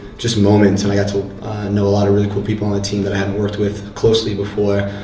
just moments, and i got to know a lot of really cool people on the team that i haven't worked with closely before.